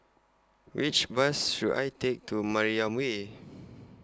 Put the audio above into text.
Which Bus should I Take to Mariam Way